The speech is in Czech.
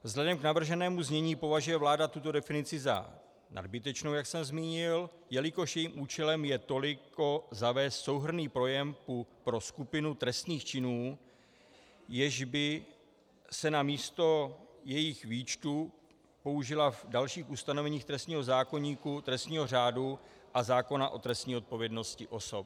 Vzhledem k navrženému znění považuje vláda tuto definici za nadbytečnou, jak jsem zmínil, jelikož jejím účelem je toliko zavést souhrnný pojem pro skupinu trestných činů, jež by se namísto jejich výčtu použila v dalších ustanoveních trestního zákoníku, trestního řádu a zákona o trestní odpovědnosti osob.